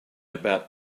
about